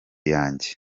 yanjye